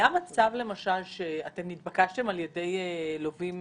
היה מצב שהתבקשתם על ידי לווים